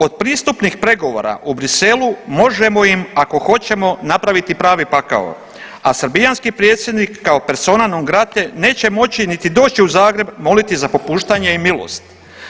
Od pristupnih pregovora u Bruxellesu možemo im, ako hoćemo, napraviti pravi pakao, a srbijanski predsjednik kao persona non grate neće moći niti doći u Zagreb moliti za popuštanje i milost.